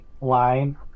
line